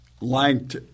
liked